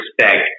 respect